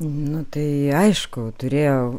nu tai aišku turėjo